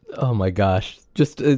oh my gosh. just, ah